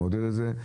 אני מעודד את זה.